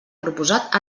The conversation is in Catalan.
proposat